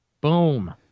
Boom